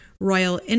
Royal